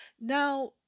Now